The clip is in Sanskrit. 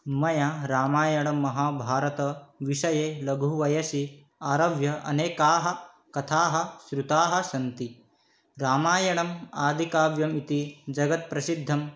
मया रामायणं महाभारतविषये लघुवयसि आरभ्य अनेकाः कथाः श्रुताः सन्ति रामायणम् आदिकाव्यमिति जगत्प्रसिद्धम्